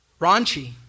raunchy